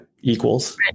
equals